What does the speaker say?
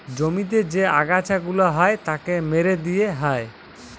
জমিতে যে আগাছা গুলা হ্যয় তাকে মেরে দিয়ে হ্য়য়